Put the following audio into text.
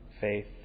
faith